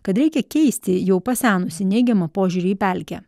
kad reikia keisti jau pasenusį neigiamą požiūrį į pelkę